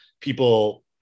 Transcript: people